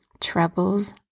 troubles